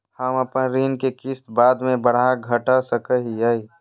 हम अपन ऋण के किस्त बाद में बढ़ा घटा सकई हियइ?